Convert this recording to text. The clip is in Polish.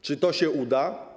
Czy to się uda?